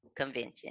convention